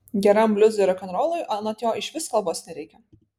geram bliuzui ar rokenrolui anot jo išvis kalbos nereikia